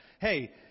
Hey